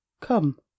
Come